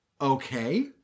okay